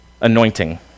anointing